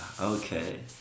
Okay